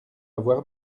avoir